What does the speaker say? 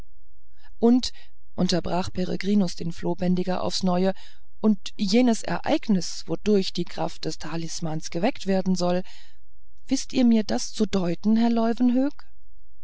und unterbrach peregrinus den flohbändiger aufs neue und jenes ereignis wodurch die kraft des talismans geweckt werden soll wißt ihr mir das zu deuten herr